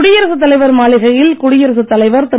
குடியரசுத் தலைவர் மாளிகையில் குடியரசுத் தலைவர் திரு